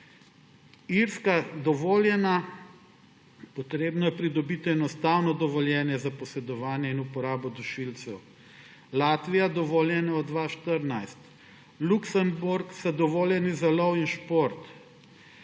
Irska, potrebno je pridobiti enostavno dovoljenje za posedovanje in uporabo dušilcev. Latvija, dovoljeno je od leta 2014. Luksemburg, so dovoljeni so za lov in šport.